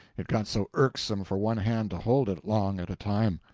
it got so irksome for one hand to hold it long at a time.